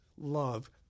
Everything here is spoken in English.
love